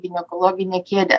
ginekologinę kėdę